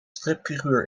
stripfiguur